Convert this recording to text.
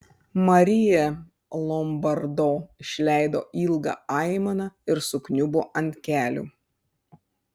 marija lombardo išleido ilgą aimaną ir sukniubo ant kelių